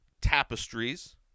tapestries